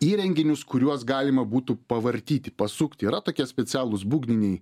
įrenginius kuriuos galima būtų pavartyti pasukti yra tokie specialūs būgniniai